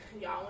y'all